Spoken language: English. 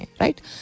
right